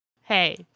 Hey